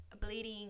bleeding